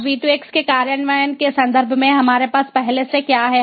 अब V2X के कार्यान्वयन के संदर्भ में हमारे पास पहले से क्या है